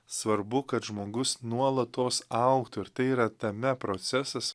svarbu kad žmogus nuolatos augtų ir tai yra tame procesas